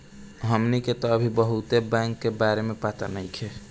हमनी के तऽ अभी बहुत बैंक के बारे में पाता नइखे